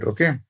Okay